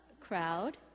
crowd